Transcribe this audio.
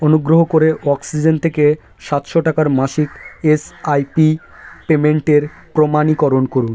অনুগ্রহ করে অক্সিজেন থেকে সাতশো টাকার মাসিক এসআইপি পেমেন্টের প্রমাণীকরণ করুন